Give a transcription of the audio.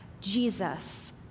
Jesus